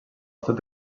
estat